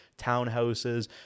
townhouses